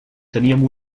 teníem